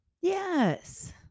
Yes